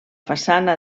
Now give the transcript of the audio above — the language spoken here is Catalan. façana